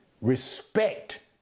respect